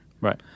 right